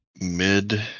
mid